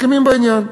מסכימים בעניין.